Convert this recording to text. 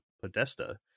Podesta